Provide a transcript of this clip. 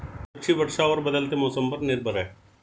कृषि वर्षा और बदलते मौसम पर निर्भर है